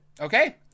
Okay